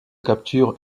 capture